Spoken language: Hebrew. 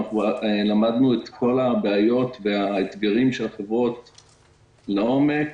למדנו את כל הבעיות והאתגרים של החברות לעומק.